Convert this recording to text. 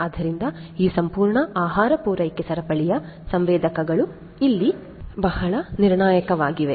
ಆದ್ದರಿಂದ ಈ ಸಂಪೂರ್ಣ ಆಹಾರ ಪೂರೈಕೆ ಸರಪಳಿಯಲ್ಲಿ ಸಂವೇದಕಗಳು ಇಲ್ಲಿ ಬಹಳ ನಿರ್ಣಾಯಕವಾಗಿವೆ